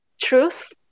truth